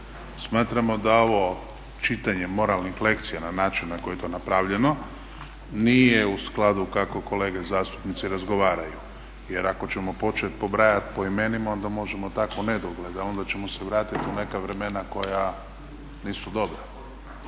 Smatramo da ovo čitanje moralnih lekcija na način na koji je to napravljeno nije u skladu kako kolege zastupnici razgovaraju. Jer ako ćemo početi pobrajati po imenima onda možemo tako unedogled, a onda ćemo se vratiti u neka vremena koja nisu dobra.